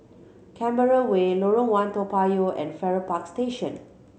Canberra Way Lorong One Toa Payoh and Farrer Park Station